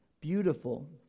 beautiful